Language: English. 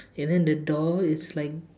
and then the door is like